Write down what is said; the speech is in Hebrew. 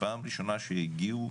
פעם ראשונה שהגיעו,